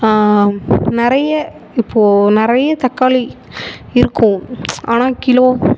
நிறைய இப்போது நிறைய தக்காளி இருக்கும் ஆனால் கிலோ